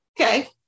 okay